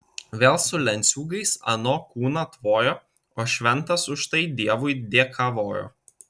vėl su lenciūgais ano kūną tvojo o šventas už tai dievui dėkavojo